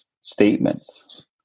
statements